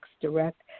Direct